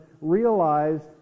realized